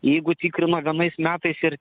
jeigu tikrino vienais metais ir